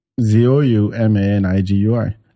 Z-O-U-M-A-N-I-G-U-I